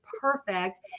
perfect